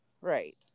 Right